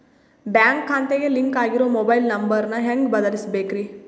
Bank ಖಾತೆಗೆ link ಆಗಿರೋ mobile number ನ ಹೆಂಗ್ ಬದಲಿಸಬೇಕ್ರಿ?